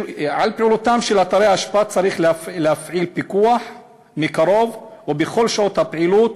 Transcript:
על פעילותם של אתרי האשפה צריך להפעיל פיקוח מקרוב ובכל שעות הפעילות,